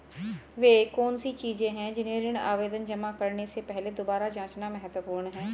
वे कौन सी चीजें हैं जिन्हें ऋण आवेदन जमा करने से पहले दोबारा जांचना महत्वपूर्ण है?